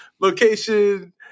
location